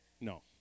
No